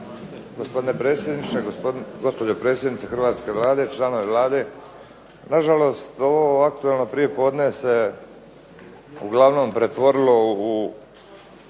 Gospodine predsjedniče, gospođo predsjednice hrvatske Vlade, članovi Vlade. Na žalost ovo aktuelno prijepodne se uglavnom pretvorilo u